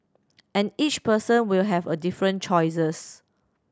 and each person will have a different choices